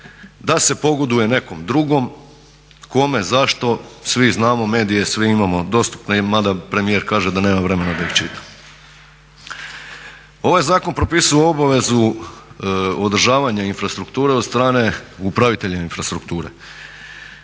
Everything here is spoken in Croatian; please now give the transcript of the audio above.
da se pogoduje nekom drugom. Kome, zašto svi znamo, medije svi imamo dostupne, ma da premijer kaže da nema vremena da ih čita. Ovaj zakon propisuje obavezu odražavanja infrastrukture od strane upravitelja infrastrukture.